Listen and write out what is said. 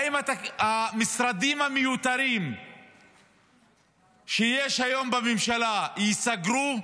האם המשרדים המיותרים שיש היום בממשלה ייסגרו?